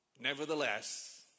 Nevertheless